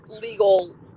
legal